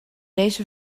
deze